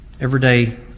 everyday